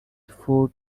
food